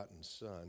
son